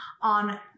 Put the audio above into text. on